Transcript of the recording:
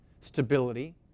stability